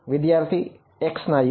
વિદ્યાર્થી x ના U